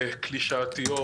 קלישאתיות